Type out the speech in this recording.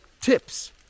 tips